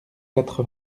quatre